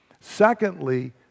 Secondly